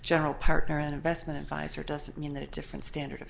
general partner and investment adviser doesn't mean that different standard of